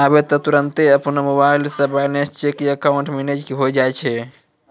आबै त तुरन्ते अपनो मोबाइलो से बैलेंस चेक या अकाउंट मैनेज होय जाय छै